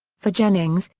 for jennings,